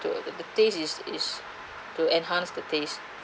so the the taste is is to enhance the taste